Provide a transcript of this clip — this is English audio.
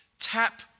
tap